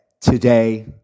today